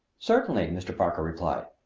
certainly, mr. parker replied.